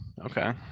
Okay